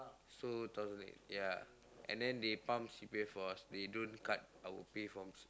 so thousand eight ya and then they pump C_P_F for us they don't cut our pay from